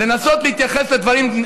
לנסות להתייחס לדברים.